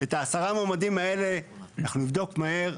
את עשרת המועמדים האלה, אנחנו נבדוק מהר.